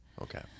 Okay